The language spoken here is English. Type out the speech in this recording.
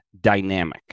dynamic